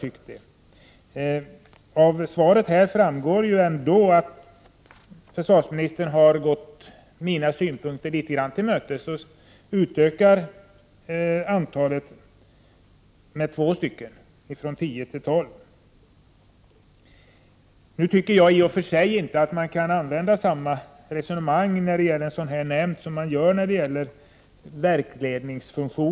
Effekterna skulle bli betydligt värre och kaosartade om det hade varit en svensk reaktor som havererat och medfört liknande utsläpp som i Tjernobyl. Under många år har frågan om befolkningsövningar i närområdena kring svenska kärnkraftverk diskuterats.